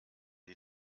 die